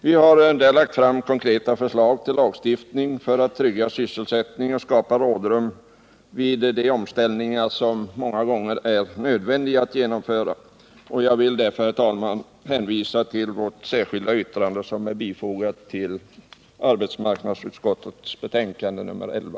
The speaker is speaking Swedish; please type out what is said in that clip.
Vi har lagt fram konkreta förslag till lagstiftning för att trygga sysselsättningen och skapa rådrum i samband med de omställningar som många gånger är nödvändiga att genomföra. Jag vill därför, herr talman, hänvisa till vårt särskilda yttrande som är fogat vid arbetsmarknadsutskottets betänkande nr 11.